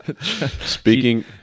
Speaking